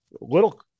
little